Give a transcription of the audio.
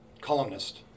columnist